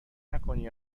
نکنی